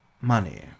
Money